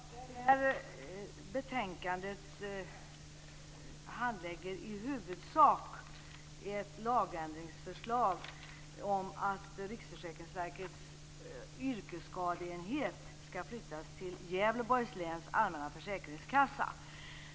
Fru talman! Det här betänkandet handlägger i huvudsak ett lagändringsförslag om att Riksförsäkringsverkets yrkesskadeenhet skall flyttas till Gävleborgs läns allmänna försäkringskassa.